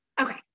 Okay